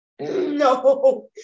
No